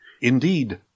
Indeed